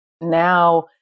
now